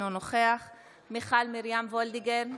אינו נוכח מיכל מרים וולדיגר,